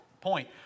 Point